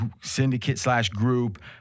syndicate-slash-group